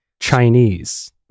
Chinese